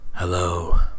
Hello